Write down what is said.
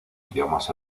idiomas